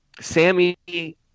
Sammy